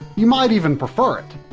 you might even prefer it.